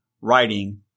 writing